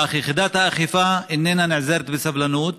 אך יחידת האכיפה איננה נאזרת בסבלנות